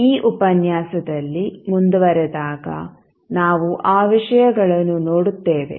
ಈ ಉಪನ್ಯಾಸದಲ್ಲಿ ಮುಂದುವರೆದಾಗ ನಾವು ಆ ವಿಷಯಗಳನ್ನು ನೋಡುತ್ತೇವೆ